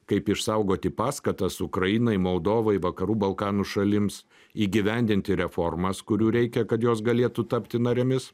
kaip išsaugoti paskatas ukrainai moldovai vakarų balkanų šalims įgyvendinti reformas kurių reikia kad jos galėtų tapti narėmis